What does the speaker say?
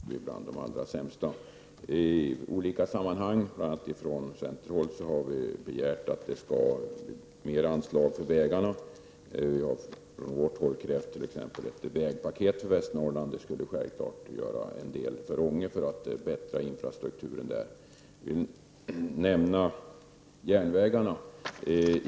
Herr talman! Jag försökte sätta in Ånge i ett större sammanhang och nämnde politiken på olika områden. Jag vill knyta an till detta. Västernorrlands län har som bekant ett svagare och sämre vägnät än jämförbara län, det är bland de allra sämsta i landet. I olika sammanhang, bl.a. från centerns håll, har större anslag till vägarna begärts. Centern har t.ex. krävt ett vägpaket för Västernorrland. Det skulle självfallet ge möjlighet till förbättringar av infrastrukturen i Ånge. Jag vill nämna järnvägarna.